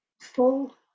full